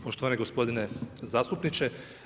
Poštovani gospodine zastupniče.